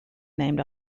named